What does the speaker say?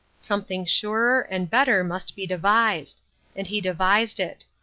something surer and better must be devised and he devised it.